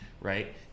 Right